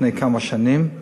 לפני כמה שנים,